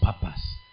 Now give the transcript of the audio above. purpose